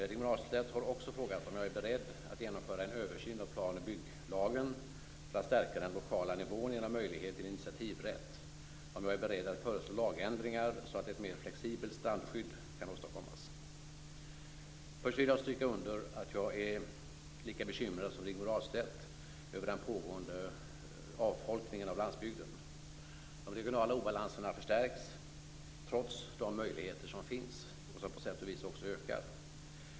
Rigmor Ahlstedt har också frågat om jag är beredd att genomföra en översyn av plan och bygglagen för att stärka den lokala nivån genom möjlighet till initiativrätt och om jag är beredd att föreslå lagändringar så att ett mer flexibelt strandskydd kan åstadkommas. Först vill jag stryka under att jag är lika bekymrad som Rigmor Ahlstedt över den pågående avfolkningen av landsbygden. De regionala obalanserna förstärks trots de möjligheter som finns och som på sätt och vis också ökar.